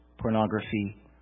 pornography